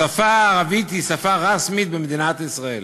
השפה הערבית היא שפה רשמית במדינת ישראל,